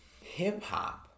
hip-hop